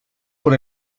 por